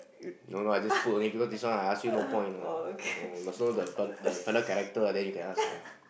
I don't know I just put only because this one I ask you no point what you must know the fella character then you can ask what